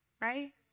right